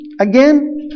Again